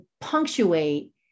punctuate